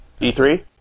E3